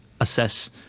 assess